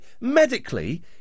Medically